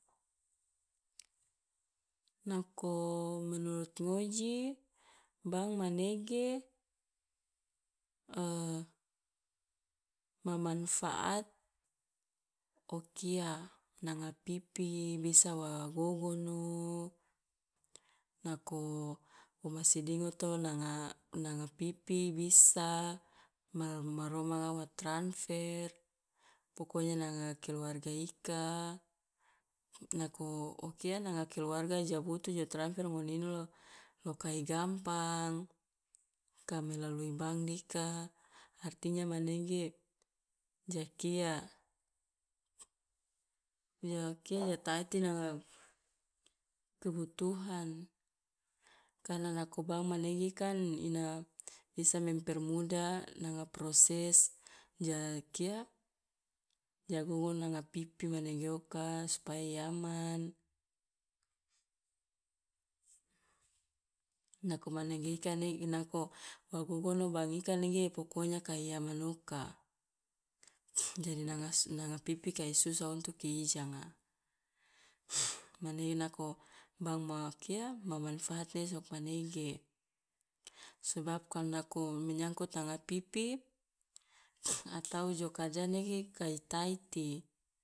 Nako menurut ngoji bank manege ma manfaat o kia nanga pipi bisa wa gogono, nako wo masi dingoto nanga nanga pipi bisa ma- maromanga wa tranfer pokonya nanga keluarga ika, nako o kia nanga keluarga ja butu jo tranfer ngone ino lo loka i gampang, ka melalui bank dika artinya manege ja kia ja o kia taiti nanga kebutuhan karena nako bank manege kan ina bisa mempermudah nanga proses ja kia, ja gogono nanga pipi manege oka supaya i aman nako manege ika ne i nako wa gogono bank ika nege pokonya kai aman oka jadi nangas nanga pipi kai susah untuk i ijanga, mane nako bank ma o kia ma manfaat ne sokmanege. Sebab kalu nako menyangkut nanga pipi atau jo karja nege kai taiti